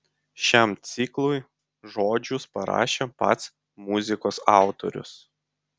šiam ciklui žodžius parašė pats muzikos autorius